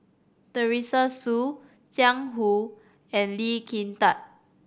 Teresa Hsu Jiang Hu and Lee Kin Tat